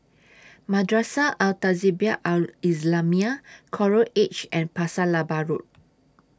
Madrasah Al Tahzibiah Al Islamiah Coral Edge and Pasir Laba Road